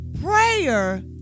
prayer